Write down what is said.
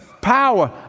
power